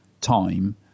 time